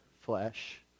flesh